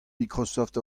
microsoft